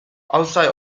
outside